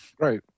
right